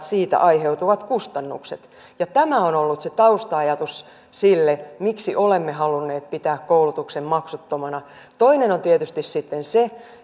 siitä aiheutuvat kustannukset ja tämä on ollut se tausta ajatus sille miksi olemme halunneet pitää koulutuksen maksuttomana toinen on tietysti sitten se